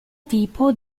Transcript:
tipo